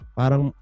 parang